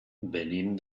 venim